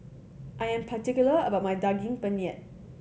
I am particular about my Daging Penyet